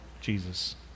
Jesus